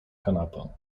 kanapę